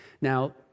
Now